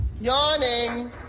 yawning